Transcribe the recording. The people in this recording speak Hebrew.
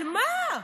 על מה,